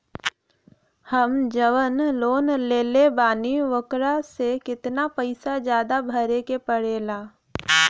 हम जवन लोन लेले बानी वोकरा से कितना पैसा ज्यादा भरे के पड़ेला?